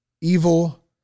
evil